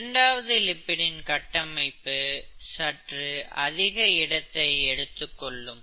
இரண்டாவது லிப்பிடின் கட்டமைப்பு சற்று அதிக இடத்தை எடுத்துக் கொள்ளும்